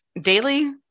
daily